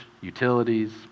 utilities